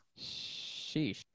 Sheesh